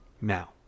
Now